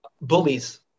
bullies